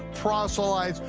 proselytes,